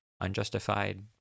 unjustified